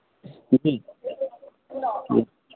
जी जी